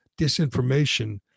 disinformation